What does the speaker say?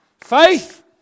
faith